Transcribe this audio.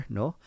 no